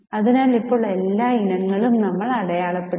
അതിനാൽ ഇപ്പോൾ എല്ലാ ഇനങ്ങളും അടയാളപ്പെടുത്തി